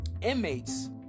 Inmates